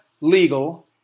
legal